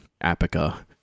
Apica